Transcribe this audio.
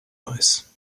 ice